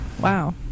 Wow